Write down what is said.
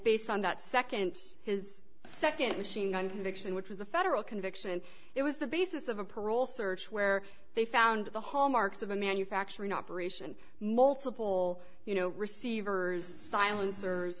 based on that second his second machine gun conviction which was a federal conviction and it was the basis of a parole search where they found the hallmarks of a manufacturing operation multiple you know receivers silence